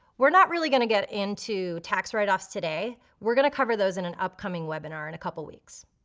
we're not really gonna get into tax write offs today. we're gonna cover those in an upcoming webinar in a couple weeks.